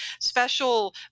special